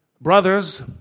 Brothers